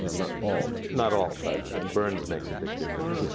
not all. but not all, but burns makes a big difference.